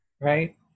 right